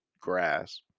grass